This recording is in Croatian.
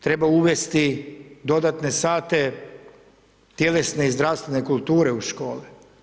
Treba uvesti dodatne sate tjelesne i zdravstvene kulture u školi.